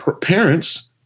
parents